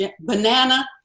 banana